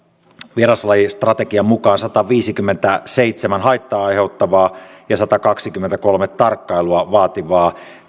vieraslajistrategian mukaan on sataviisikymmentäseitsemän haittaa aiheuttavaa ja satakaksikymmentäkolme tarkkailua vaativaa